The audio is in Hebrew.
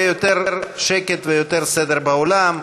יהיה יותר שקט ויותר סדר באולם,